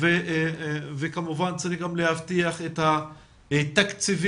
וכמובן צריך גם להבטיח את התקציבים